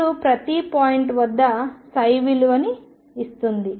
మీకు ప్రతి పాయింట్ వద్ద విలువని ఇస్తుంది